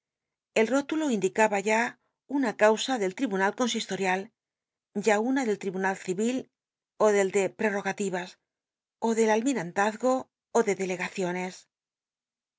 el rótulo indicaba ya una c usa del tribunql consistorial ya una del tribunal civil ó del de prerogativas ó del amiralltazgo ó de delegacioues